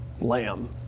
lamb